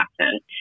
accent